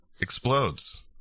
explodes